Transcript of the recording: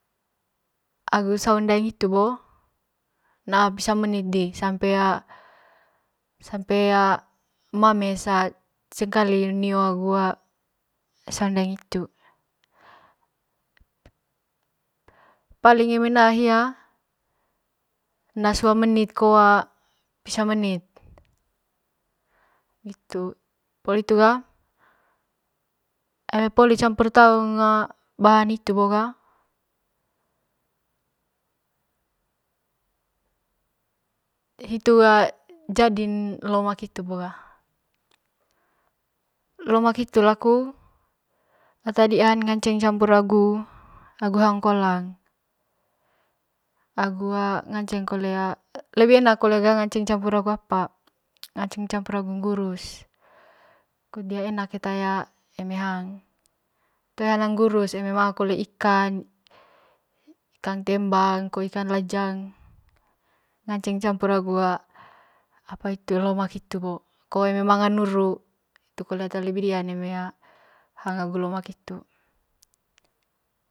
Agu saung daegn hitu bo na'a pisa menit di sampe sampe mames cengklai nio agu saung daaeng hitu paling eme na'a hia na'a sua menit ko pisa menit ngitu poli hitu ga eme poli campur taung bahan hiru bo ga hitua jading lomak hitu bo ga lomak hitu laku ata dia'an ngaceng campur agu agu hang kolang agu ngaceng kole lebi enak kole a campur agu apa ngaceng campur agu gurus kut dia enak keta eme hang toe hanang ngurus eme manga kole ikan, ikan tembang ko ikan lajang ngaceng campur agu a lomak hitu bo ko eme manga nuru hitu kole ata lebi dian eme hang agu lomak hitu.